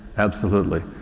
absolutely.